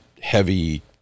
heavy